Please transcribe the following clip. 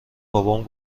بابام